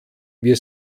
wir